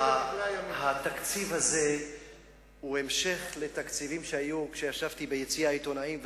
התקציב הזה הוא המשך לתקציבים שהיו כשישבתי ביציע העיתונאים,